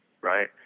right